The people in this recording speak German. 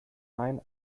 mein